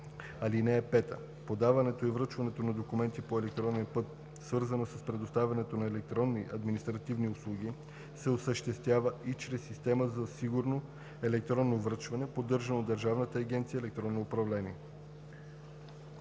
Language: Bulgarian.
ал. 5: „(5) Подаването и връчването на документи по електронен път, свързано с предоставянето на електронни административни услуги, се осъществява и чрез система за сигурно електронно връчване, поддържана от Държавна агенция „Електронно управление.“